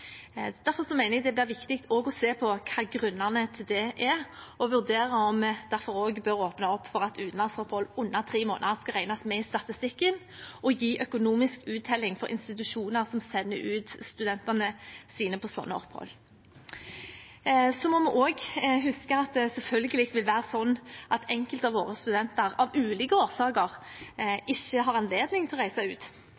derfor også viktig å se på hva som er grunnene til det, og å vurdere om vi derfor bør åpne for at også utenlandsopphold under tre måneder skal regnes med i statistikken og gi økonomisk uttelling for institusjoner som sender ut studentene sine på slike opphold. Vi må også huske at det selvfølgelig vil være sånn at enkelte av våre studenter, av ulike årsaker,